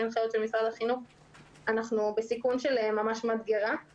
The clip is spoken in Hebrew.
ההנחיות של משרד הבריאות אנחנו בסיכון שהוא יהיה ממש מדגרה.